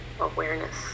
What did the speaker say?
awareness